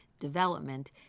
development